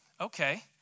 okay